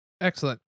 excellent